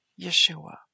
Yeshua